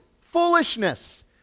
foolishness